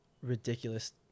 ridiculous